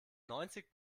neunzig